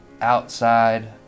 outside